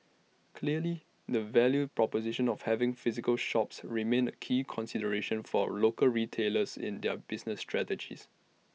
clearly the value proposition of having physical shops remains A key consideration for local retailers in their business strategies